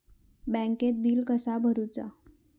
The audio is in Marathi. बँकेत बिल कसा भरुचा?